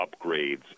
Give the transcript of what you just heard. upgrades